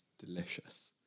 Delicious